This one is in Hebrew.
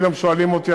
כל יום שואלים אותי,